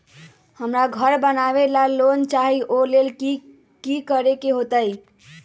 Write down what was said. हमरा घर बनाबे ला लोन चाहि ओ लेल की की करे के होतई?